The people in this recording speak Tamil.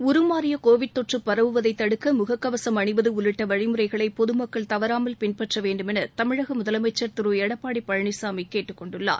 உருமாறிய கோவிட் தொற்று பரவுவதை தடுக்க முகக்கவசம் அணிவது உள்ளிட்ட வழிமுறைகளை பொதமக்கள் தவறாமல் பின்பற்ற வேண்டுமௌ தமிழக முதலனமக்கள் திரு எடப்பாடி பழனிசாமி கேட்டுக்கொண்டுள்ளார்